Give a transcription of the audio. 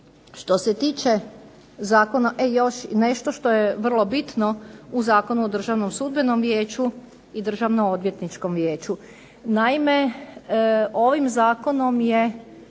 Što se tiče zakona, e još nešto što je vrlo bitno u Zakonu o Državnom sudbenom vijeću i Državnom odvjetničkom vijeću.